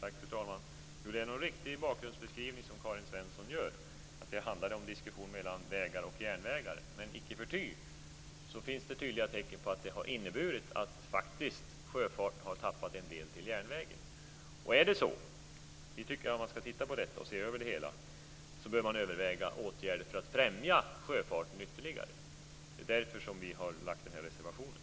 Fru talman! Det är en riktig bakgrundsbeskrivning som Karin Svensson Smith gör, att det handlade om en diskussion mellan vägar och järnvägar. Men icke förty finns det tydliga tecken på att det har inneburit att sjöfarten har tappat en del till järnvägen. Vi tycker att man skall se över detta, och om det är så bör man överväga åtgärder för att främja sjöfarten ytterligare. Det är därför som vi har lagt den här reservationen.